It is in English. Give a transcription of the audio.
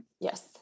Yes